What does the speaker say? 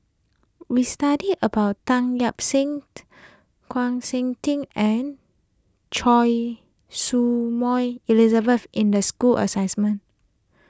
We studied about Tan Lip Seng Chng Seok Tin and Choy Su Moi Elizabeth in the school